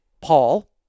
Paul